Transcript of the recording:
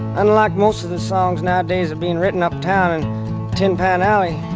unlike most of the songs nowadays are being written uptown and tin pan alley,